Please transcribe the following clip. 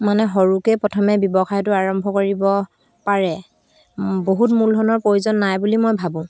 মানে সৰুকে প্ৰথমে ব্যৱসায়টো আৰম্ভ কৰিব পাৰে বহুত মূলধনৰ প্ৰয়োজন নাই বুলি মই ভাবোঁ